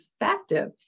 effective